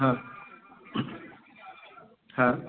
हां हां